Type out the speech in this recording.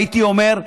הייתי אומר,